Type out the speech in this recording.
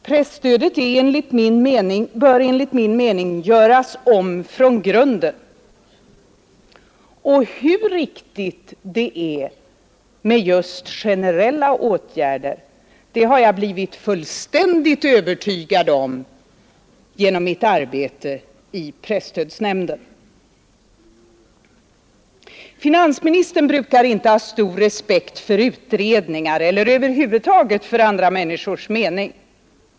Presstödet bör Skatt på reklam, m.m. enligt min mening göras om från grunden, och hur riktigt det är med just generella åtgärder har jag blivit fullständigt övertygad om genom mitt arbete i presstödsnämnden. Finansministern brukar inte ha stor respekt för utredningar eller över huvud taget för andra människors mening.